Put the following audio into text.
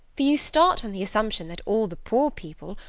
for you start on the assumption that all the poor people,